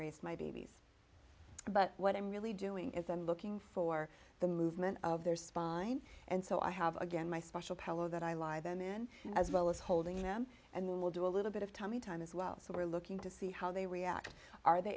raised my babies but what i'm really doing is i'm looking for the movement of their spine and so i have again my special pellow that i lie them in as well as holding them and then we'll do a little bit of tummy time as well so we're looking to see how they react are they